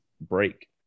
break